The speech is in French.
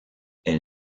elle